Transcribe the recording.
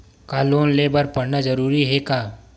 का लोन ले बर पढ़ना जरूरी हे का?